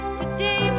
today